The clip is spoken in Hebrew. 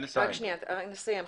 מתאים,